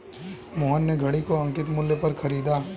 मोहन ने घड़ी को अंकित मूल्य पर खरीदा